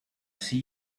see